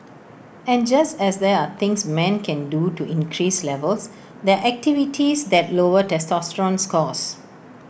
and just as there are things men can do to increase levels there are activities that lower testosterone scores